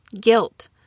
guilt